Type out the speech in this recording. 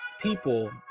people